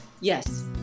Yes